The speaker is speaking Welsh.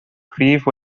prif